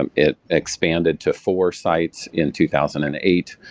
um it expanded to four sites in two thousand and eight,